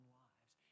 lives